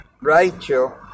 Rachel